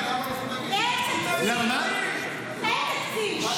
אין תקציב, אין תקציב.